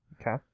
Okay